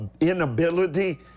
inability